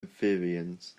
amphibians